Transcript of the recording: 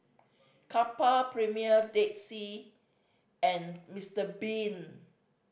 Kappa Premier Dead Sea and Mister Bean